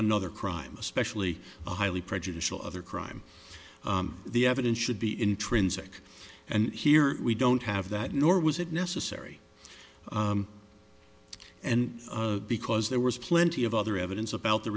another crime especially a highly prejudicial other crime the evidence should be intrinsic and here we don't have that nor was it necessary and because there was plenty of other evidence about the